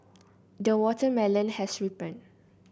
the watermelon has ripened